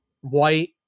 white